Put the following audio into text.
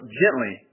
gently